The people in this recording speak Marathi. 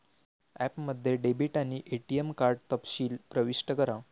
ॲपमध्ये डेबिट आणि एटीएम कार्ड तपशील प्रविष्ट करा